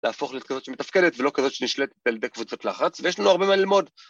‫להפוך להיות כזאת שמתפקדת ‫ולא כזאת שנשלטת על ידי קבוצת לחץ, ‫ויש לנו הרבה מה ללמוד.